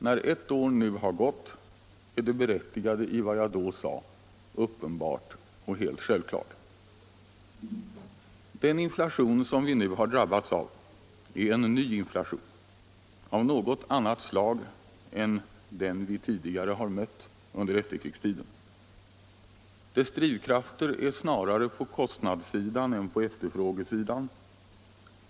När ett år nu har gått är det berättigade i vad jag då sade uppenbart och helt självklart. Den inflation som vi nu har drabbats av är en ny inflation av något annat slag än den vi tidigare mött under efterkrigstiden. Dess drivkrafter är snarare på kostnadssidan än på efterfrågesidan.